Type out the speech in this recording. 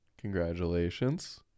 Congratulations